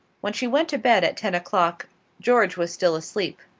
when she went to bed at ten o'clock george was still asleep.